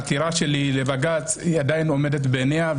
העתירה שלי לבג"ץ עומדת עדיין בעינה,